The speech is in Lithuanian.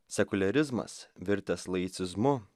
sekuliarizmas virtęs laicizmu